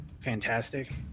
fantastic